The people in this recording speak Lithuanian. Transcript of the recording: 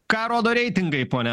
ką rodo reitingai pone